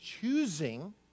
choosing